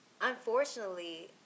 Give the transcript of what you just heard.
unfortunately